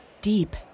deep